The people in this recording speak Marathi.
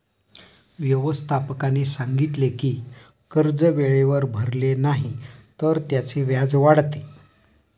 व्यवस्थापकाने सांगितले की कर्ज वेळेवर भरले नाही तर त्याचे व्याज वाढते